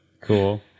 Cool